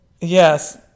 yes